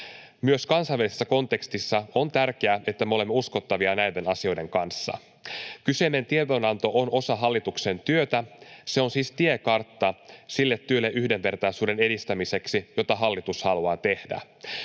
Myös kansainvälisessä kontekstissa on tärkeää, että me olemme uskottavia näiden asioiden kanssa. Kyseinen tiedonanto on osa hallituksen työtä, ja se on siis tiekartta sille työlle yhdenvertaisuuden edistämiseksi, jota hallitus haluaa tehdä.